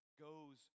goes